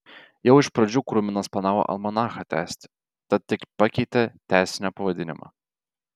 jau iš pradžių kruminas planavo almanachą tęsti tad tik pakeitė tęsinio pavadinimą